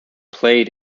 played